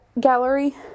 gallery